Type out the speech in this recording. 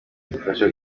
bidufasha